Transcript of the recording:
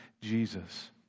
Jesus